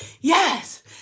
Yes